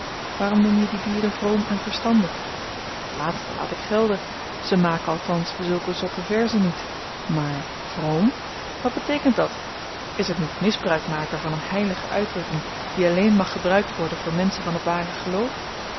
waarom noem je die dieren vroom en verstandig het laatste laat ik gelden ze maken althans zulke zotte verzen niet maar vroom wat beteekent dat is t niet misbruik maken van een heilige uitdrukking die alleen mag gebruikt worden voor menschen van t ware geloof